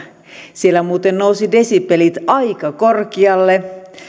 siellä muuten nousivat desibelit aika korkealle